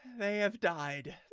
they have died.